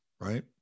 right